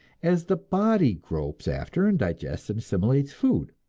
as the body gropes after and digests and assimilates food.